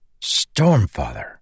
Stormfather